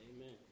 Amen